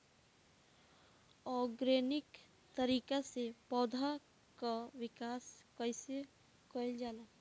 Organic तरीका से पौधा क विकास कइसे कईल जाला?